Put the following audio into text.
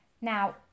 Now